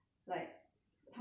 他们到底有多有钱